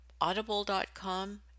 Audible.com